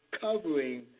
covering